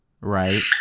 Right